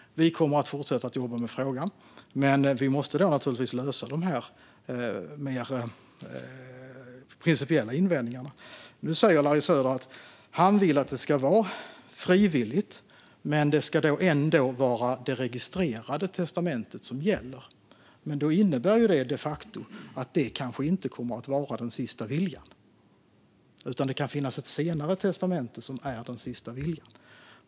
Vi kommer att fortsätta att jobba med frågan. Men vi måste lösa de mer principiella invändningarna. Nu säger Larry Söder att han vill att det ska vara frivilligt. Men det ska ändå vara det registrerade testamentet som gäller. Det innebär de facto att det kanske inte kommer att vara den sista viljan. Det kan finnas ett senare testamente som är den sista viljan.